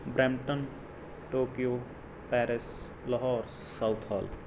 Brampton Tokyo Paris Lahore south hole